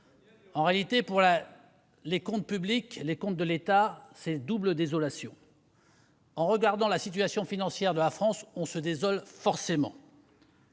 En réalité, pour les comptes publics, les comptes de l'État, c'est une double désolation. En considérant la situation financière de la France, on se désole forcément.